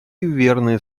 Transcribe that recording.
верные